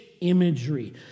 imagery